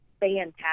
fantastic